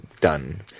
done